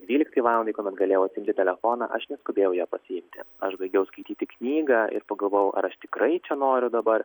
dvyliktai valandai kuomet galėjau atsiimti telefoną aš neskubėjau jo pasiimti aš baigiau skaityti knygą ir pagalvojau ar aš tikrai čia noriu dabar